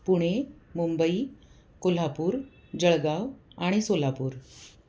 पुणे मुंबई कोल्हापूर जळगाव आणि सोलापूर